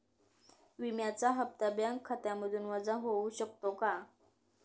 विम्याचा हप्ता बँक खात्यामधून वजा होऊ शकतो का?